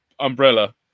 Umbrella